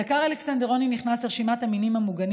דקר אלכסנדרוני נכנס לרשימת המינים המוגנים